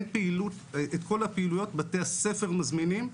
את כל הפעילויות בתי הספר מזמינים,